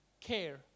care